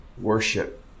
worship